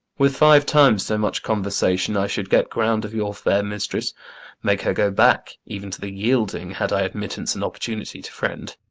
with five times so much conversation i should get ground of your fair mistress make her go back even to the yielding, had i admittance and opportunity to friend.